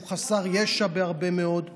הוא חסר ישע בהרבה מאוד,